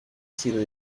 sido